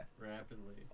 rapidly